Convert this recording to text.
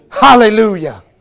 Hallelujah